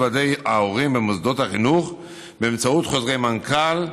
של ועדי ההורים במוסדות החינוך באמצעות חוזרי מנכ"ל,